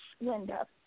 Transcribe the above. Linda